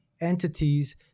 entities